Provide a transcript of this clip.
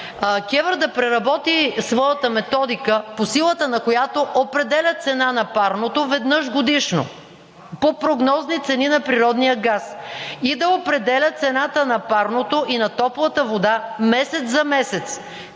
КЕВР да преработи своята методика, по силата на която определя цената на парното веднъж годишно по прогнозни цени на природния газ и да определя цената на парното и на топлата вода месец за месец,